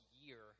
year